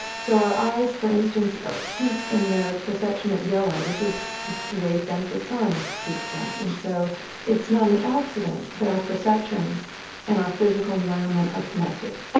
so our eyes, for instance, are peak in their perception at yellow, which is the wave bend that the sun peaks at. and so it's not an accident that our perceptions and our physical environment are connected.